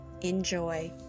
Enjoy